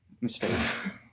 mistake